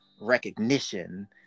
recognition